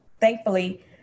Thankfully